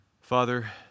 Father